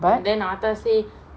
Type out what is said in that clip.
but